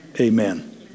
amen